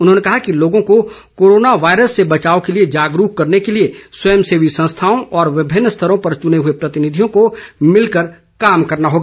उन्होंने कहा कि लोगों को कोरोना वायरस से बचाव के लिए जागरूक करने के लिए स्वयं सेवी संस्थाओं और विभिन्न स्तरों पर चुने हुए प्रतिनिधियों को भिलकर कार्य करना होगा